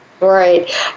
Right